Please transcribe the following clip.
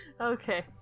Okay